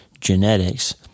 genetics